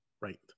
right